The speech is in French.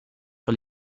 sur